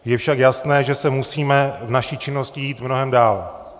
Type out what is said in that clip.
Je však jasné, že musíme v naší činnosti jít mnohem dál.